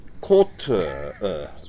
Quarter